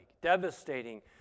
devastating